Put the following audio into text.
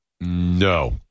No